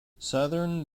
southern